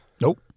Nope